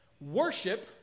worship